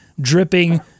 dripping